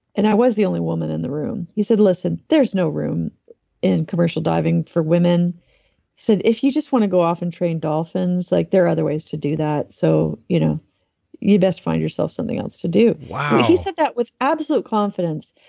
and i was the only woman in the room. he said, listen. there's no room in commercial diving for women. he said, if you just want to go off and train dolphins, like there are other ways to do that. so, you know you best find yourself something else to do. wow. he said that with absolute confidence,